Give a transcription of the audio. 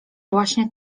właśnie